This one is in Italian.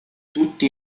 tutti